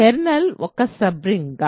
kernel ఒక sub రింగా